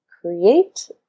create